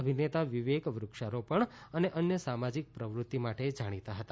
અભિનેતા વિવેક વૃક્ષારોપણ અને અન્ય સામાજિક પ્રવૃત્તિ માટે જાણીતા હતા